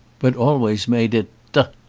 but always made it d.